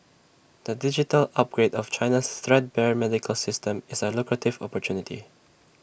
the digital upgrade of China's threadbare medical system is A lucrative opportunity